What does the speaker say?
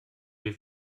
wir